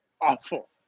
awful